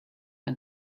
and